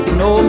no